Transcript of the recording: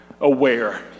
aware